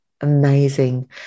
amazing